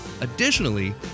Additionally